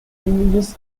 images